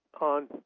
on